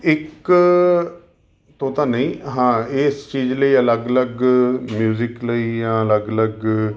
ਇੱਕ ਤੋਂ ਤਾਂ ਨਹੀਂ ਹਾਂ ਇਸ ਚੀਜ਼ ਲਈ ਅਲੱਗ ਅਲੱਗ ਮਿਊਜ਼ਿਕ ਲਈ ਜਾਂ ਅਲੱਗ ਅਲੱਗ